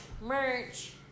merch